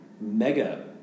mega